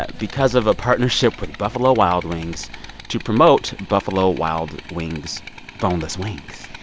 ah because of a partnership with buffalo wild wings to promote buffalo wild wings boneless wings.